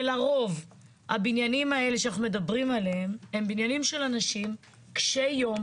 ולרוב הבניינים שאנחנו מדברים עליהם הם בניינים של אנשים קשי יום,